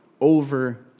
over